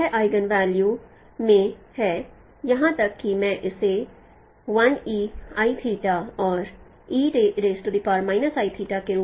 तो यह eigenvalue में है या यहां तक कि मैं इसे और के रूप में लिख सकता हूं